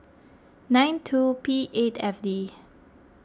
nine two P eight F D